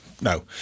no